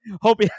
Hope